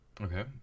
Okay